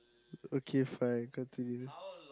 okay fine continue